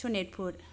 Sonitpur